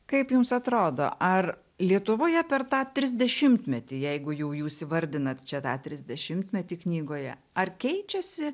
kaip jums atrodo ar lietuvoje per tą trisdešimtmetį jeigu jau jūs įvardinat čia tą trisdešimtmetį knygoje ar keičiasi